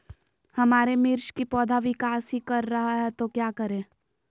हमारे मिर्च कि पौधा विकास ही कर रहा है तो क्या करे?